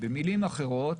במילים אחרות,